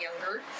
younger